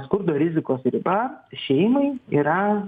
skurdo rizikos riba šeimai yra